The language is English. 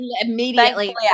immediately